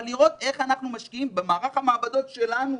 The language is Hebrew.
אלא לראות איך אנחנו משקיעים במערך המעבדות שלנו,